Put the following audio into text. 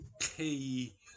key